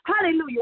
Hallelujah